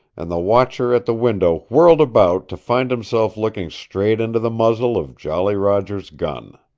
and the watcher at the window whirled about to find himself looking straight into the muzzle of jolly roger's gun.